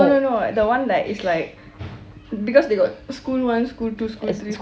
no no no the one that is like because they got school one school two school three